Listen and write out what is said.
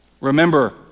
Remember